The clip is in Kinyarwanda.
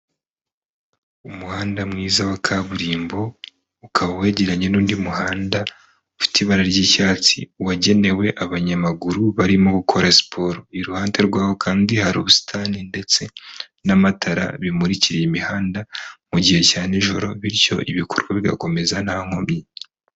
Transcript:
Umuhanda mwiza wa kaburimbo, ukaba wegeranye n'undi muhanda ufite ibara ry'icyatsi, wagenewe abanyamaguru barimo gukora siporo, iruhande rwaho kandi hari ubusitani ndetse n'amatara bimurikira imihanda mu gihe cya nijoro, bityo ibikorwa bigakomeza nta nkomyi.